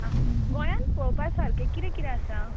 आं गोंयांत पळोवपा सारकें कितें कितें आसा